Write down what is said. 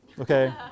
Okay